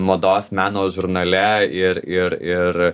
mados meno žurnale ir ir ir